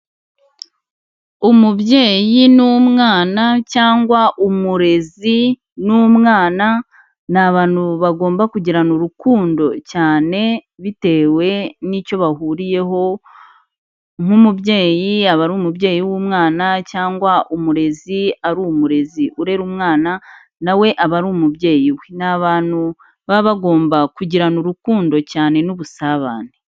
Umubyeyi n'umwana cyangwa umurezi n'umwana, ni abantu bagomba kugirana urukundo cyane bitewe n'icyo bahuriyeho nk'umubyeyi yaba ari umubyeyi w'umwana cyangwa umurezi ari umurezi urera umwana, na we aba ari umubyeyi we. Ni abantu baba bagomba kugirana urukundo cyane n'ubusabane.